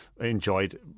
enjoyed